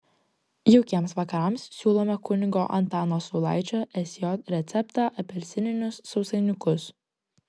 jaukiems vakarams siūlome kunigo antano saulaičio sj receptą apelsininius sausainiukus